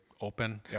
open